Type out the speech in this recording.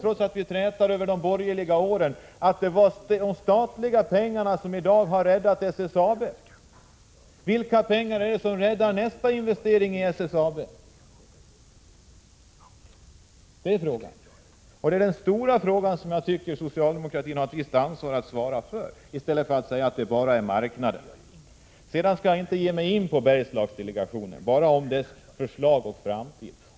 Trots att vi träter över de borgerliga åren, var det ändå de statliga pengarna som räddade SSAB. Vilka pengar räddar nästa investering i SSAB? Det är den stora fråga som jag tycker socialdemokratin har ett visst ansvar för att svara på i stället för att bara skylla på marknaden. I fråga om Bergslagsdelegationen skall jag bara ta upp en sak.